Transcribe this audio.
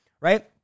right